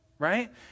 right